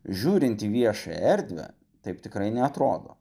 žiūrint į viešąją erdvę taip tikrai neatrodo